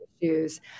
issues